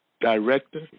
director